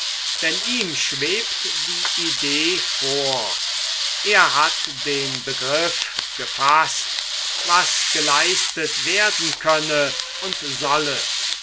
denn ihm schwebt die idee vor er hat den begriff gefaßt was geleistet werden könne und solle